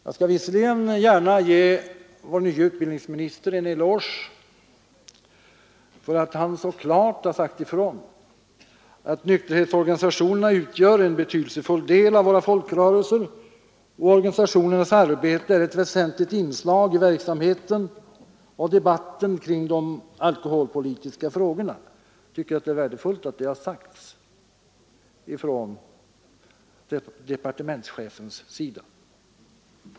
Jag skall visserligen gärna ge vår nye utbildningsminister en eloge för att han så klart har sagt ifrån att nykterhetsorganisationerna utgör en betydelsefull del av våra folkrörelser och att organisationernas arbete är ett väsentligt inslag i verksamheten och debatten i vad gäller de alkoholpolitiska frågorna. Jag tycker att det är värdefullt att detta har uttalats av departementschefen.